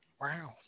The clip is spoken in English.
Wow